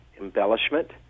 embellishment